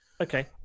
Okay